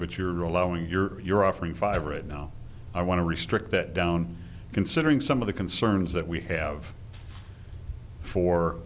but you're allowing your you're offering five right now i want to restrict that down considering some of the concerns that we have fo